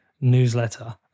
newsletter